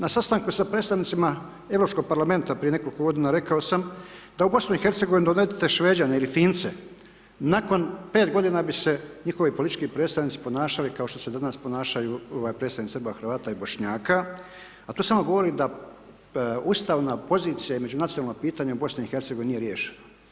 Na sastanku sa predstavnicima Europskog parlamenta prije nekoliko godina, rekao sam da u Bosnu i Hercegovinu dovedete Šveđane ili Fince, nakon 5 godina bi se njihovi politički predstavnici ponašali kao što se danas ponašaju ovaj, predstavnici Srba, Hrvata i Bošnjaka, a to samo govori da ustavna pozicija i međunacionalno pitanje u Bosni i Hercegovini nije riješeno.